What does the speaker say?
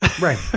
Right